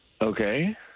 Okay